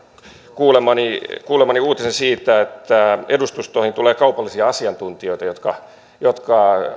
kuulemani kuulemani uutisen siitä että edustustoihin tulee kaupallisia asiantuntijoita jotka jotka